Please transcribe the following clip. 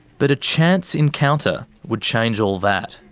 but a chance encounter would change all that.